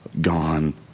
gone